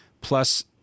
plus